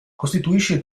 costituisce